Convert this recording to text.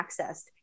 accessed